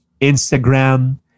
Instagram